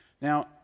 Now